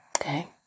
Okay